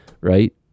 Right